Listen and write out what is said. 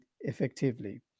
effectively